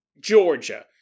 Georgia